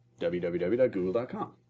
www.google.com